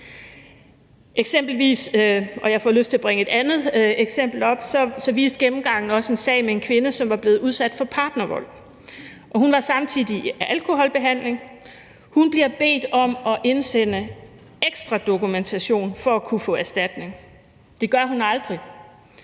Jeg får lyst til at bringe et andet eksempel op: Eksempelvis viste gennemgangen en sag med en kvinde, som var blevet udsat for partnervold, og hun var samtidig i alkoholbehandling. Hun bliver bedt om at indsende ekstra dokumentation for at kunne få erstatning. Det gør hun aldrig.